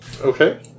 Okay